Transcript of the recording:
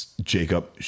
Jacob